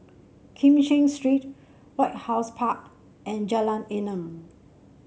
Kim Cheng Street White House Park and Jalan Enam